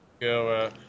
go